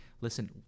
listen